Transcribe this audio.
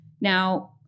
Now